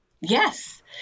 Yes